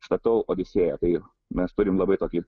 statau odisėją tai mes turim labai tokį